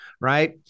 Right